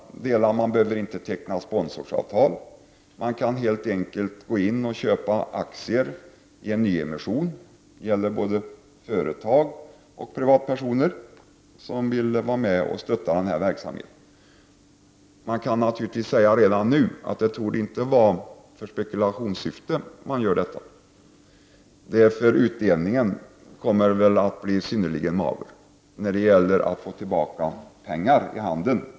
Det behövs inga sponsringsavtal. Man kan helt enkelt gå in och köpa de aktier som ges ut vid en nyemission — detta gäller både företag och privatpersoner som vill vara med och stötta verksamheten. Redan nu kan sägas att det torde inte ligga något spekulationssyfte bakom förvärvet av dessa aktier. Utdelningen kommer att bli synnerligen mager. Man får inte så mycket pengar tillbaka i handen.